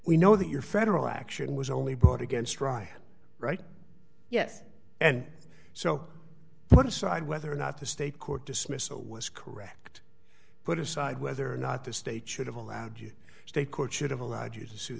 we know that your federal action was only brought against roy right yes and so put aside whether or not the state court dismissal was correct put aside whether or not the state should have allowed you state courts should have allowed you to sue